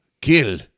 kill